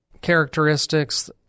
characteristics